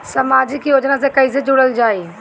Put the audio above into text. समाजिक योजना से कैसे जुड़ल जाइ?